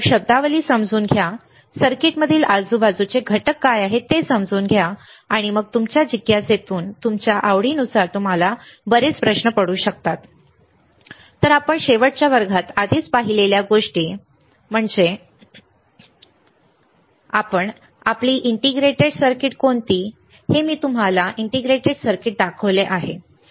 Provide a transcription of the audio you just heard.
तर शब्दावली समजून घ्या सर्किटमधील आजूबाजूचे घटक काय आहेत ते समजून घ्या आणि मग तुमच्या जिज्ञासेतून तुमच्या आवडीनुसार तुम्हाला बरेच प्रश्न पडू शकतात तर आपण शेवटच्या वर्गात आधीच पाहिलेल्या गोष्टी बघूया आणि आपली इंटिग्रेटेड सर्किट एकात्मिक सर्किट कोणती मी तुम्हाला हे इंटिग्रेटेड सर्किट एकात्मिक सर्किट दाखवले आहे नाही का